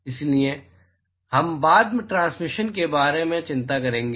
इसलिए हम बाद में ट्रांसमिशन के बारे में चिंता करेंगे